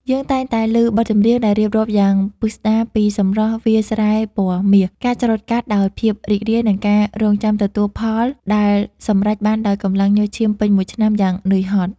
យើងតែងតែឮបទចម្រៀងដែលរៀបរាប់យ៉ាងពិស្តារពីសម្រស់វាលស្រែពណ៌មាស ការច្រូតកាត់ដោយភាពរីករាយ និងការរង់ចាំទទួលផលដែលសម្រេចបានដោយកម្លាំងញើសឈាមពេញមួយឆ្នាំយ៉ាងនឿយហត់។